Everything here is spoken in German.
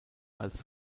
als